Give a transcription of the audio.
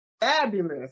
fabulous